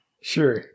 sure